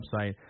website